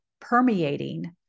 permeating